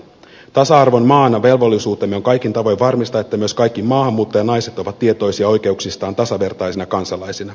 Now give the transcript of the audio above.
tasa arvon maana velvollisuutemme on kaikin tavoin varmistaa että myös kaikki maahanmuuttajanaiset ovat tietoisia oikeuksistaan tasavertaisina kansalaisina